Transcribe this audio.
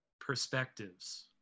perspectives